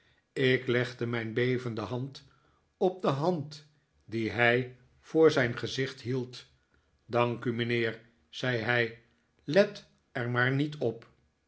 ik legde mijn bevende hand op de hand die hij voor zijn gezicht hield dank u mijnheer zei hij let er maar niet op